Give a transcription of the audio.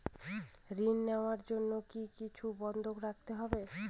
ঋণ নেওয়ার জন্য কি কিছু বন্ধক রাখতে হবে?